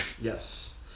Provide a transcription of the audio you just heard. Yes